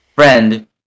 friend